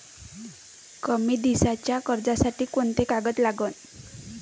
कमी दिसाच्या कर्जासाठी कोंते कागद लागन?